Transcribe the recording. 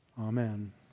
Amen